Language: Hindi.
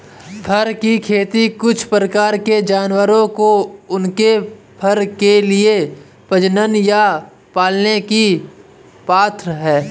फर की खेती कुछ प्रकार के जानवरों को उनके फर के लिए प्रजनन या पालने की प्रथा है